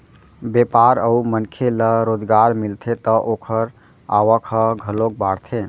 बेपार अउ मनखे ल रोजगार मिलथे त ओखर आवक ह घलोक बाड़थे